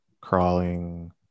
crawling